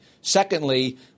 secondly